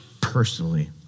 personally